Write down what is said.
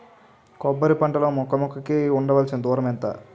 కొబ్బరి పంట లో మొక్క మొక్క కి ఉండవలసిన దూరం ఎంత